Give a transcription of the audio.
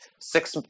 six